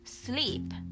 Sleep